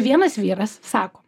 vienas vyras sako